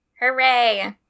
Hooray